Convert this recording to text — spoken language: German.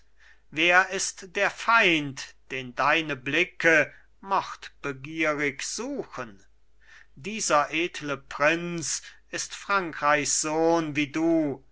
wer ist der feind den deine blicke mordbegierig suchen dieser edle prinz ist frankreichs sohn wie du